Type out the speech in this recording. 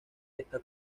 está